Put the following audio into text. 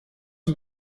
een